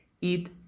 eat